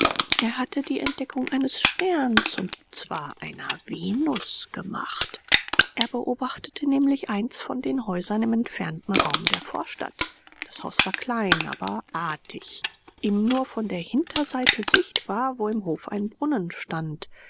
er hatte die entdeckung eines sterns und zwar einer venus gemacht er beobachtete nämlich eins von den häusern im entfernten raum der vorstadt das haus war klein aber artig ihm nur von der hinterseite sichtbar wo im hof ein brunnen stand